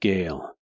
Gale